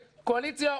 קואליציה,